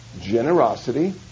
generosity